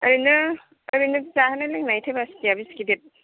ओरैनो जाहोनाय लोंहोनाय केपासिटि या बेसे गिदिर